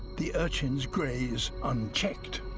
the urchins graze unchecked.